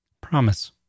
Promise